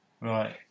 right